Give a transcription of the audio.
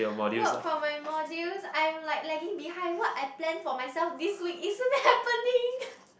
work from my module I'm like lagging behind what I plan for myself this week it shouldn't happening